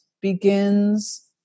begins